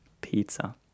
pizza